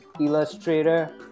Illustrator